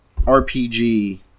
RPG